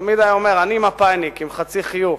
תמיד היה אומר: אני מפא"יניק, עם חצי חיוך,